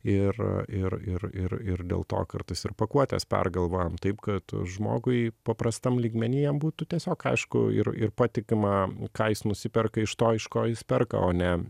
ir ir ir ir ir dėl to kartais ir pakuotes pergalvojam taip kad žmogui paprastam lygmeny jam būtų tiesiog aišku ir ir patikima ką jis nusiperka iš to iš ko jis perka o ne